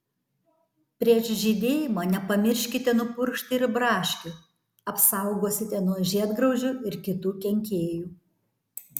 prieš žydėjimą nepamirškite nupurkšti ir braškių apsaugosite nuo žiedgraužių ir kitų kenkėjų